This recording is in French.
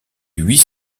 huit